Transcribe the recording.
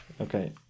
Okay